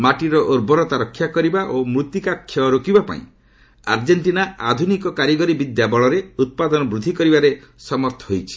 ମାଟିର ଉର୍ବରତା ରକ୍ଷା କରିବା ଓ ମୃତ୍ତିକା କ୍ଷୟ ରୋକିବା ପାଇଁ ଆର୍ଜେକ୍ଷିନା ଆଧୁନିକ କାରିଗରି ବିଦ୍ୟା ବଳରେ ଉତ୍ପାଦନ ବୃଦ୍ଧି କରିବାରେ ସମର୍ଥ ହୋଇଛି